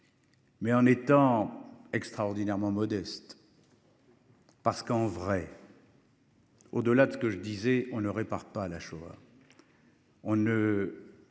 Mais en étant extraordinairement modestes. Parce qu'en vrai. Au-delà de ce que je disais on ne répare pas à la Shoah.